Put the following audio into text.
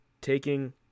taking